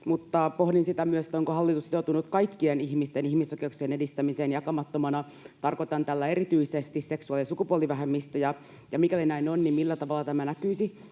pohdin myös sitä, onko hallitus sitoutunut kaikkien ihmisten ihmisoikeuksien edistämiseen jakamattomana. Tarkoitan tällä erityisesti seksuaali- ja sukupuolivähemmistöjä. Ja mikäli näin on, niin millä tavalla tämä näkyisi